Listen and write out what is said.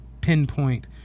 pinpoint